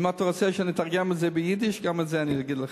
אם אתה רוצה שאני אתרגם את זה ליידיש גם את זה אני אגיד לך.